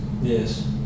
Yes